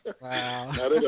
Wow